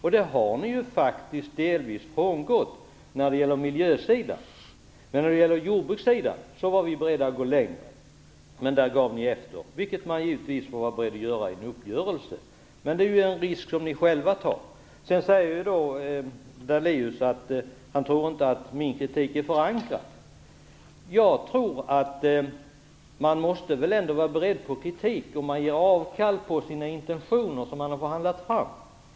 Men det har ni faktiskt delvis frångått när det gäller miljön. När det gäller jordbruket var vi beredda att gå längre. Men där gav ni efter, vilket man naturligtvis får vara beredd att göra för att nå en uppgörelse. Men det är en risk som ni själva tar. Lennart Daléus säger att han inte tror att min kritik är förankrad. Jag tror att man ändå måste vara beredd på kritik om man ger avkall på de intentioner som man har förhandlat fram.